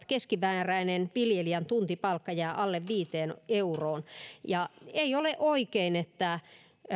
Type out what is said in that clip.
keskimääräinen viljelijän tuntipalkka jää alle viiteen euroon ei ole oikein että